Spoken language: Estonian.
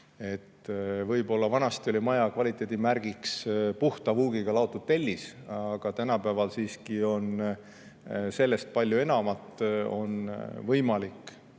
Võib-olla vanasti oli maja kvaliteedimärgiks puhta vuugiga laotud tellis, aga tänapäeval siiski on sellest palju enamat. On võimalik